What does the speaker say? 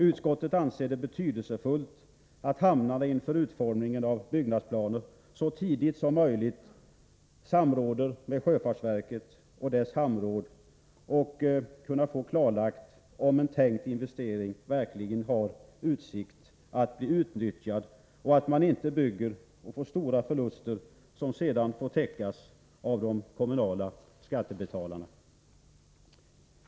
Utskottet anser det betydelsefullt att hamnarna inför utformningen av byggnadsplaner så tidigt som möjligt samråder med sjöfartsverket och dess hamnråd, för att det skall bli klarlagt om en tilltänkt investering verkligen kommer att utnyttjas och inte medför stora förluster som sedan får täckas av de kommunala skattebetalarna.